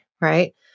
right